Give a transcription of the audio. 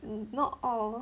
mm not all